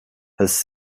his